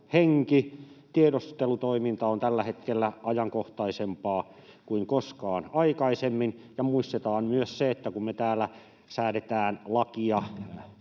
tiedustelutoiminta on tällä hetkellä ajankohtaisempaa kuin koskaan aikaisemmin. Ja muistetaan myös se, että kun me täällä säädetään lakia